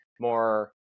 more